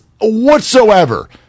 whatsoever